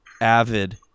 avid